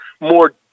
more